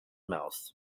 mouth